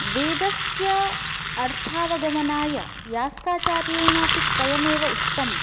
वेदस्य अर्थावागमनाय यास्काचार्येणापि स्वयमेव उक्तम्